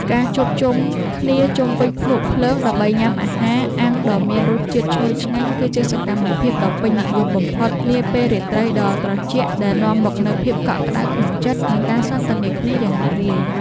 ការជួបជុំគ្នាជុំវិញភ្នក់ភ្លើងដើម្បីញ៉ាំអាហារអាំងដ៏មានរសជាតិឈ្ងុយឆ្ងាញ់គឺជាសកម្មភាពដ៏ពេញនិយមបំផុតនាពេលរាត្រីដ៏ត្រជាក់ដែលនាំមកនូវភាពកក់ក្ដៅក្នុងចិត្ត និង ការសន្ទនាគ្នាយ៉ាងរីករាយ។